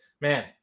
man